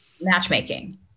matchmaking